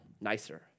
nicer